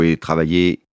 travailler